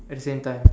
at the same time